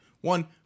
one